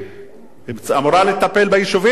שאמורה לטפל ביישובים, גם היא פישלה.